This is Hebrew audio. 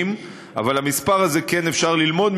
אבל מהמספר הזה כן אפשר ללמוד,